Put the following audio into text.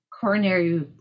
coronary